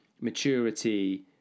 maturity